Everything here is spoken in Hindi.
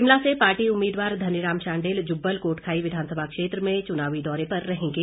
शिमला से पार्टी उम्मीदवार धनीराम शांडिल जुब्बल कोटखाई विधानसभा क्षेत्र में चुनावी दौरे पर रहेगे